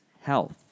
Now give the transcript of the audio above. health